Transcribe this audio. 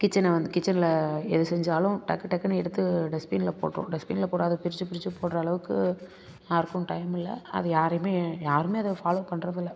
கிச்சனை வந்து கிச்சனில் எது செஞ்சாலும் டக்கு டக்குன்னு எடுத்து டஸ்ட்பின்ல போட்டுடுவோம் டஸ்ட்பின்ல போடாம பிரித்து பிரித்து போடுற அளவுக்கு யாருக்கும் டைம் இல்லை அது யாரையுமே யாரும் அதை ஃபாலோ பண்ணுறதில்ல